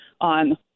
on